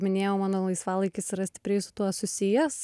minėjau mano laisvalaikis yra stipriai su tuo susijęs